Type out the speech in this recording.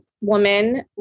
woman